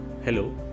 Hello